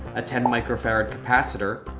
a ten microfarad capacitor,